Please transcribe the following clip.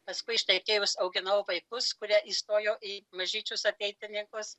paskui ištekėjus auginau vaikus kurie įstojo į mažyčius ateitininkus